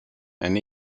and